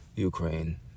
Ukraine